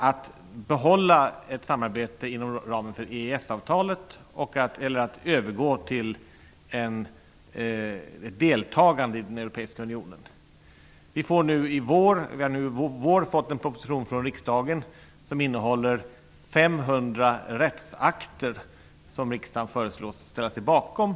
Vi kan behålla ett samarbete inom ramen för EES-avtalet eller övergå till ett deltagande i Vi har nu i vår fått en proposition från regeringen som innehåller 500 rättsakter som riksdagen föreslås ställa sig bakom.